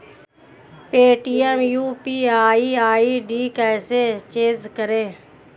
Paytm UPI ID कैसे change करें?